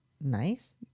nice